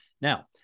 Now